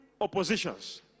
oppositions